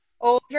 over